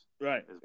Right